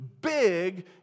big